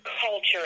culture